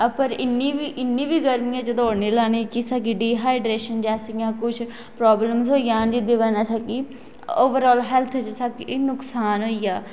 पर इन्नी बी गर्मी च दौड़ नी लानी कि असैं गी डीहाईड्रेशन जां प्रॉबलमस होई जान कि ओवरआल हैल्थ च नुकसान होईआ